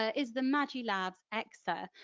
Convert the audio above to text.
ah is the magilabs exa.